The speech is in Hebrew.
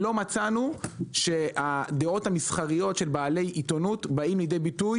לא מצאנו שהדעות המסחריות של בעלי עיתונים באים לידי ביטוי